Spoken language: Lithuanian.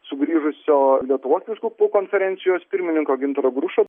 sugrįžusio lietuvos vyskupų konferencijos pirmininko gintaro grušo